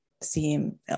seem